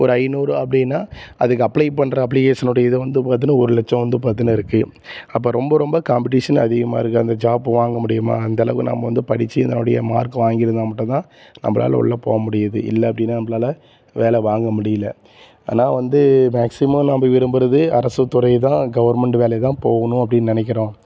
ஒரு ஐந்நூறு அப்படின்னா அதுக்கு அப்ளை பண்ணுற அப்ளிகேஷனோடய இது வந்து பார்த்தீன்னா ஒரு லட்சம் வந்து பார்த்தீன்னா இருக்குது அப்போ ரொம்ப ரொம்ப காம்படீஷன் அதிகமாக இருக்குது அந்த ஜாப் வாங்க முடியுமா அந்தளவுக்கு நாம் படித்து அதனுடைய மார்க் வாங்கியிருந்தா மட்டுந்தான் நம்மளால உள்ளே போக முடியுது இல்லை அப்படின்னா நம்மளால வேலை வாங்க முடியலை ஆனால் வந்து மேக்ஸிமம் நம்ம விரும்புறது அரசுத்துறை தான் கவர்மெண்டு வேலை தான் போகணும் அப்படின்னு நினைக்கிறோம்